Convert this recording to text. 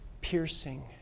piercing